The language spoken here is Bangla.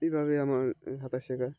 এইভাবেই আমার সাঁতার শেখা